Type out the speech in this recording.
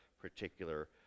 particular